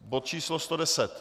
Bod číslo 110.